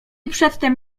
przedtem